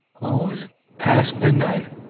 was past midnight.